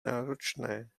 náročné